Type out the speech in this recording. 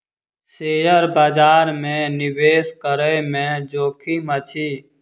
share बजार में निवेश करै में जोखिम अछि